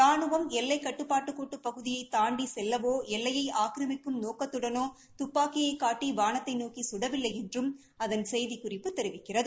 ரானுவம் எல்லைக் கட்டுப்பாட்டுக் கோட்டுப் பகுதியை தாண்டி செல்லவோ எல்லையை ஆக்கிரமிக்கும் நோக்கத்துடனோ துப்பாக்கியைக்காட்டி வானத்தை நோக்கி சுடவில்லை என்றும் அதன் செய்திக்குறிப்பு தெரிவிக்கிறது